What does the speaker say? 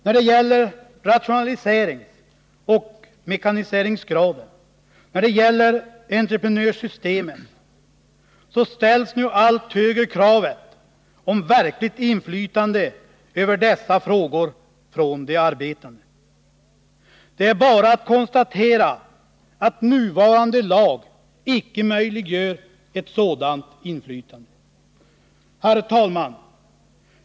När det gäller rationaliseringsoch mekaniseringsgraden och entreprenörsystemet krävs nu allt starkare verkligt inflytande för arbetarna. Det är bara att konstatera att den nuvarande lagen icke möjliggör ett sådant inflytande. Herr talman!